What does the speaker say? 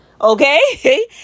Okay